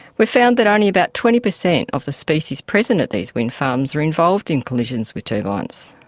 we've found that only about twenty percent of the species present at these wind farms are involved in collisions with turbines.